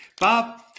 Bob